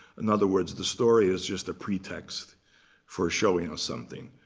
in other words, the story is just a pretext for showing us something.